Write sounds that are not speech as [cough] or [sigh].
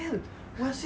[breath]